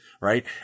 Right